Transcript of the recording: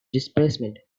displacement